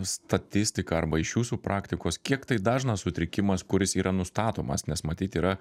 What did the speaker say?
statistika arba iš jūsų praktikos kiek tai dažnas sutrikimas kuris yra nustatomas nes matyt yra